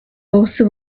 also